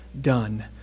done